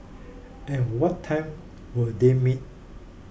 at what time will they meet